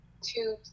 two